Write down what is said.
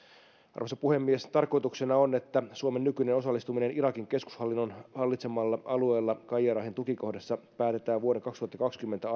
arvoisa puhemies tarkoituksena on että suomen nykyinen osallistuminen irakin keskushallinnon hallitsemalla alueella qayyarahin tukikohdassa päätetään vuoden kaksituhattakaksikymmentä